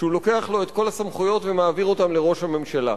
שלוקח לו את כל הסמכויות ומעביר אותן לראש הממשלה.